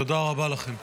תודה רבה לכם.